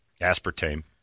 Aspartame